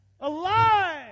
alive